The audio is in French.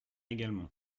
également